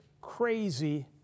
crazy